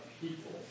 people